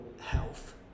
health